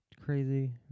crazy